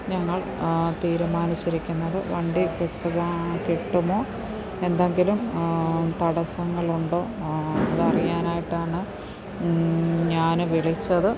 ഞങ്ങൾ തീരുമാനിച്ചിരിക്കുന്നത് one day trip കിട്ടുമോ എന്തെങ്കിലും തടസ്സങ്ങളുണ്ടോ അതറിയാനായിട്ടാണ് ഞാൻ വിളിച്ചത്